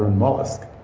mollusk,